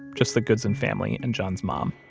just the goodson family and john's mom